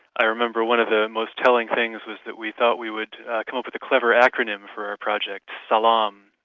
i remember one of the most telling things was that we thought we would come up with a clever acronym for our project, salaam,